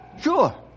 Sure